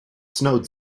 snowed